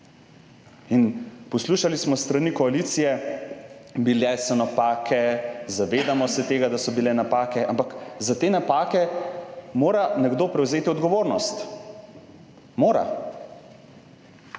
In poslušali smo s strani koalicije, bile so napake, zavedamo se tega, da so bile napake, ampak za te napake mora nekdo prevzeti odgovornost. Mora.